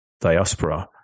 diaspora